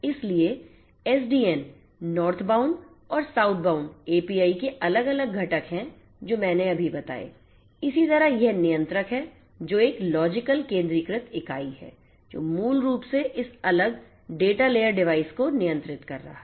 इसलिए SDN northbound और southbound API के अलग अलग घटक हैं जो मैंने अभी बताए इसी तरह यह नियंत्रक है जो एक लॉजिकल केंद्रीकृत इकाई है जो मूल रूप से इस अलग डेटा लेयर डिवाइस को नियंत्रित कर रहा है